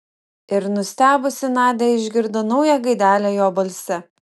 ir nustebusi nadia išgirdo naują gaidelę jo balse